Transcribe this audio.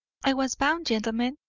i was bound, gentlemen,